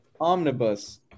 omnibus